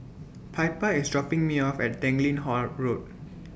Piper IS dropping Me off At Tanglin Halt Road